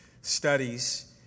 studies